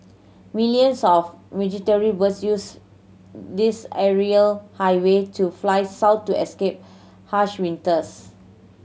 millions of migratory birds use this aerial highway to fly south to escape harsh winters